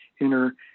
inner